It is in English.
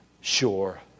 sure